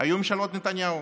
היו ממשלות נתניהו